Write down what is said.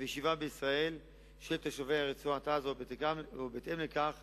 וישיבה בישראל של תושבי רצועת-עזה, ובהתאם לכך